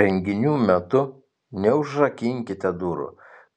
renginių metu neužrakinkite durų